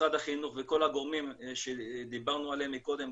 משרד החינוך וכל הגורמים שדיברנו עליהם קודם,